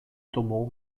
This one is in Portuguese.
tomou